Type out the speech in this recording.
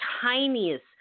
tiniest